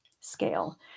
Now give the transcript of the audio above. scale